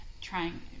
trying